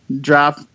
drop